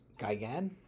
Gaigan